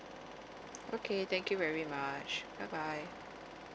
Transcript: okay thank you very much bye bye